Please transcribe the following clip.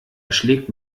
erschlägt